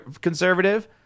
conservative